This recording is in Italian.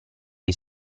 gli